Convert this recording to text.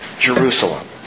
Jerusalem